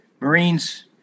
Marines